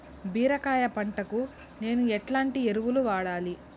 బీరకాయ పంటకు నేను ఎట్లాంటి ఎరువులు వాడాలి?